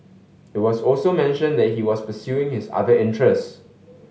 it was also mentioned that he was pursuing his other interests